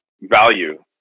value